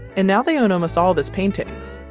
and now they own almost all of his paintings.